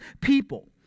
people